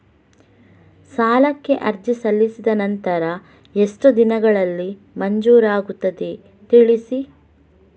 ಸಾಲಕ್ಕೆ ಅರ್ಜಿ ಸಲ್ಲಿಸಿದ ನಂತರ ಎಷ್ಟು ದಿನಗಳಲ್ಲಿ ಮಂಜೂರಾಗುತ್ತದೆ ತಿಳಿಸಿ?